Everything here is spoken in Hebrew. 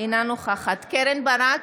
אינה נוכחת קרן ברק,